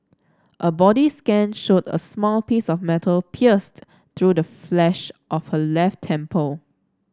a body scan showed a small piece of metal pierced through the flesh of her left temple